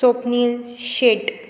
Swapnil Shet